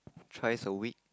thrice a week